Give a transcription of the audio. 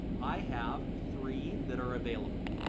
i have three that are available.